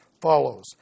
follows